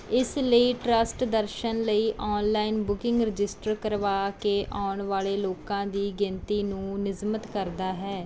ਇਸ ਲਈ ਟਰੱਸਟ ਦਰਸ਼ਨ ਲਈ ਔਨਲਾਈਨ ਬੁਕਿੰਗ ਰਜਿਸਟਰ ਕਰਵਾ ਕੇ ਆਉਣ ਵਾਲੇ ਲੋਕਾਂ ਦੀ ਗਿਣਤੀ ਨੂੰ ਨਿਯਮਤ ਕਰਦਾ ਹੈ